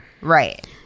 Right